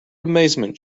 amazement